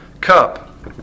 cup